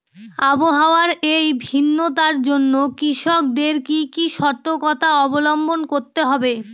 আবহাওয়ার এই ভিন্নতার জন্য কৃষকদের কি কি সর্তকতা অবলম্বন করতে হবে?